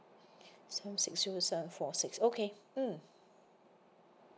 so six two seven four six okay mm